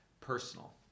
personal